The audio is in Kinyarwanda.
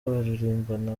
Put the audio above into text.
baririmbana